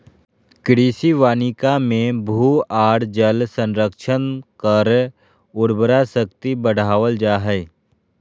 कृषि वानिकी मे भू आर जल संरक्षण कर उर्वरा शक्ति बढ़ावल जा हई